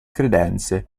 credenze